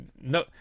no